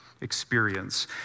experience